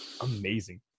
amazing